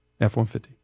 F-150